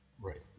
Right